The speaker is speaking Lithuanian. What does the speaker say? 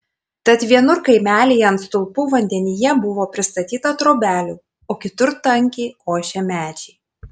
tad vienur kaimelyje ant stulpų vandenyje buvo pristatyta trobelių o kitur tankiai ošė medžiai